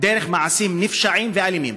דרך מעשים נפשעים ואלימים.